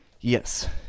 yes